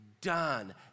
done